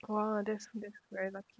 !wah! that's that's very lucky